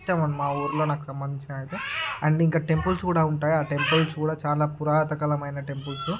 ఇష్టం మా ఊరిలో నాకు సంబంధించి అయితే అండ్ ఇంకా టెంపుల్స్ కూడా ఉంటాయి ఆ టెంపుల్స్ కూడా చాలా పురాతనకాలం అయిన టెంపుల్స్